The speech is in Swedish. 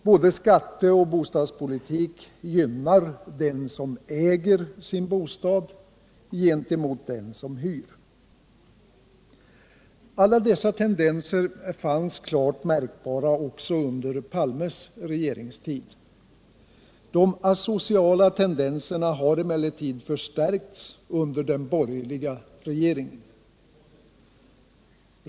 Både skatte och bostadspolitik gynnar dem som äger sin bostad gentemot dem som hyr. Alla dessa tendenser fanns klart märkbara också under Olof Palmes regeringstid. De asociala tendenserna har emellertid förstärkts under den borgerliga regeringen.